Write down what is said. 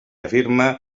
afirma